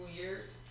years